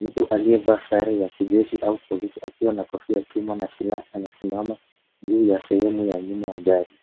Mtu aliyevaa sare ya kijeshi au polisi akiwa na kofia ya chuma na silaha amesimama juu ya sehemu ya nyuma ya gari.